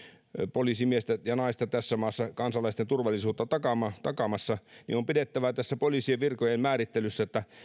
poliisimiestä ja naista tässä maassa kansalaisten turvallisuutta takaamassa takaamassa niin meidän on poliisien virkojen määrittelyssä pidettävä huoli siitä että